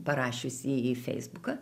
parašiusi į feisbuką